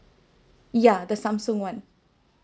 yeah the Samsung [one]